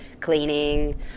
cleaning